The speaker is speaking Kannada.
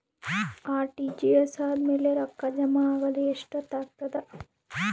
ಆರ್.ಟಿ.ಜಿ.ಎಸ್ ಆದ್ಮೇಲೆ ರೊಕ್ಕ ಜಮಾ ಆಗಲು ಎಷ್ಟೊತ್ ಆಗತದ?